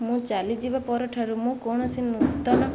ମୁଁ ଚାଲିଯିବା ପରଠାରୁ ମୁଁ କୌଣସି ନୂତନ